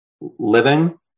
living